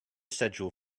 schedule